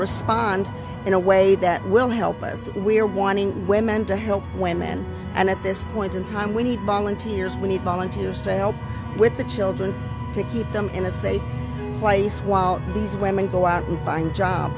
respond in a way that will help us we are wanting women to help women and at this point in time we need volunteers we need volunteers to help with the children to keep them in a safe place while these women go out and find job